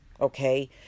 Okay